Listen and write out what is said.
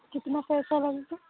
कितना पैसा ल